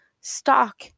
stock